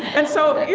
and so, you